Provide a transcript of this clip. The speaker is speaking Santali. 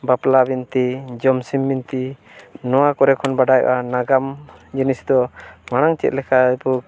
ᱵᱟᱯᱞᱟ ᱵᱤᱱᱛᱤ ᱡᱚᱢᱥᱤᱢ ᱵᱤᱱᱛᱤ ᱱᱚᱣᱟ ᱠᱚᱨᱮ ᱠᱷᱚᱱ ᱵᱟᱰᱟᱭᱚᱜᱼᱟ ᱱᱟᱜᱟᱢ ᱡᱤᱱᱤᱥ ᱫᱚ ᱢᱟᱲᱟᱝ ᱪᱮᱫ ᱞᱮᱠᱟ ᱵᱚᱱ